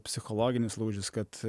psichologinis lūžis kad